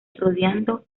rodeando